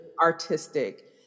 artistic